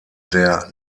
der